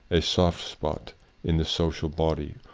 a soft spot in the social body,